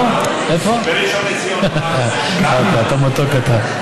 אתה מתוק אתה.